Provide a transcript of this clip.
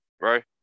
right